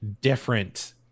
different